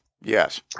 Yes